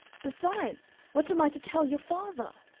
besides, what am i to tell your father?